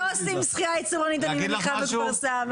לא השתנה כלום.